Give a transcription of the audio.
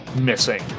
missing